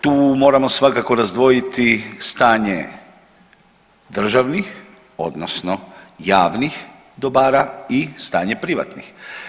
Tu moramo svakako razdvojiti stanje državnih odnosno javnih dobara i stanje privatnih.